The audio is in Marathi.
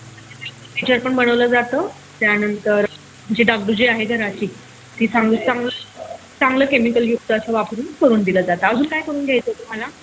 तुमचं जे काही फर्निचर पण बनवलं जातं त्यानंतर जी डागडुजी जी आहे घराची ती चांगलं चांगलं चांगलं केमिकलयुक्त असं वापरून करून दिलं जातं अजून काय करून घ्यायचं आहे तुम्हाला